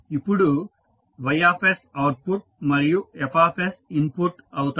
ఇప్పుడు Y output మరియు F input అవుతాయి